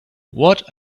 what